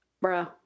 bro